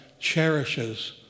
cherishes